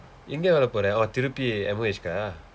எங்க வர போற:engka vara poora oh திருப்பி:thiruppi M_O_H ah